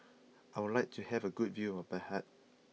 I would like to have a good view of Baghdad